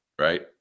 right